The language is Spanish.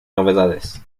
novedades